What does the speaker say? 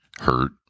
hurt